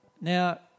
Now